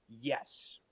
yes